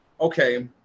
okay